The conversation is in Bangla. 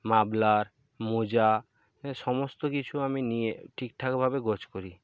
মাফলার মোজা সমস্ত কিছু আমি নিয়ে ঠিকঠাকভাবে গোছ করি